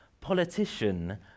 politician